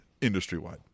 industry-wide